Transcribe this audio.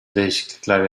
değişiklikler